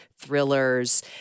thrillers